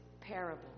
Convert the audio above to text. parable